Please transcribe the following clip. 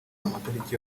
amatariki